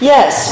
Yes